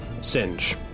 Singe